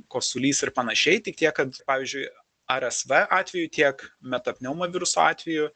kosulys ir panašiai tik tiek kad pavyzdžiui rsv atveju tiek meta pneuma viruso atveju